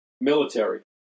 military